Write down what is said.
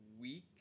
week